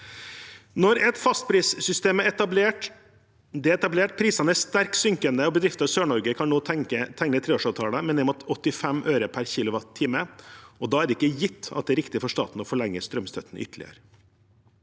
i. Et fastprissystem er etablert, prisene er sterkt synkende, og bedrifter i Sør-Norge kan nå tegne treårsavtaler med ned mot 85 øre per kilowattime. Da er det ikke gitt at det er riktig for staten å forlenge strømstøtten ytterligere.